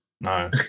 No